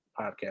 podcast